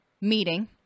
meeting